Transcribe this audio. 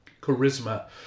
charisma